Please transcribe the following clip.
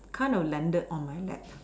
kind of landed on my lap